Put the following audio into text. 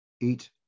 eat